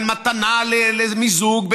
בין מתנה למיזוג,